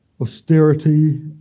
austerity